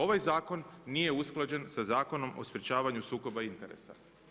Ovaj zakon nije usklađen sa Zakonom o sprečavanju sukoba interesa.